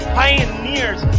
pioneers